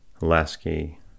Lasky